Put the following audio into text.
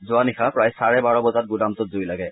যোৱা নিশা প্ৰায় চাৰে বাৰ বজাত গুদামটোত জুই লাগে